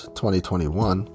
2021